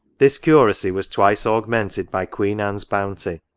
this curacy was twice augmented by queen anne's bounty.